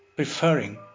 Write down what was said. Preferring